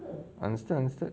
understood understood